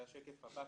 זה השקף הבא.